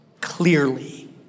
clearly